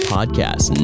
Podcast